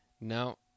No